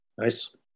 Nice